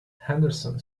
henderson